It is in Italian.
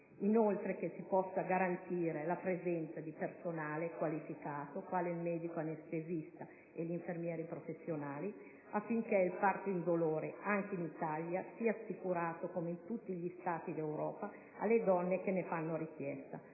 e che venga garantita la presenza di personale qualificato, quale il medico anestesista e gli infermieri professionali, affinché il parto indolore anche in Italia sia assicurato, come in tutti gli Stati d'Europa, alle donne che ne fanno richiesta.